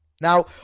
Now